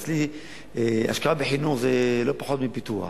אצלי השקעה בחינוך זה לא פחות מפיתוח,